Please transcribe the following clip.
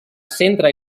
centre